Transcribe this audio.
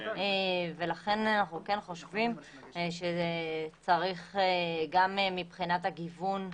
לכן אנחנו כן חושבים שצריך גם מבחינת הגיוון,